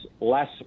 less